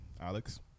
Alex